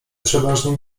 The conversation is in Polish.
przeważnie